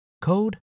code